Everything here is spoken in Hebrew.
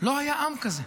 לא היה עם כזה.